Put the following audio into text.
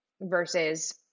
versus